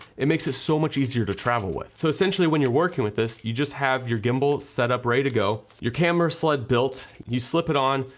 it makes it so much easier to travel with. so essentially, when you're working with this, you just have your gimbal set up ready to go, your camera sled built, you slip it on,